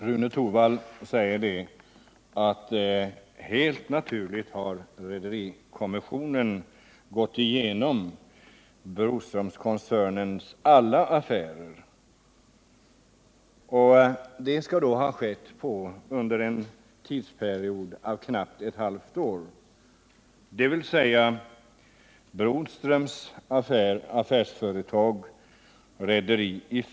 Rune Torwald säger att naturligtvis har rederikommissionen gått igenom Broströmskoncernens affärer, dvs. Broströms rederiföretag i Sverige, samseglingen med 21 andra rederier plus ett eget komplett transportföretag i Europa.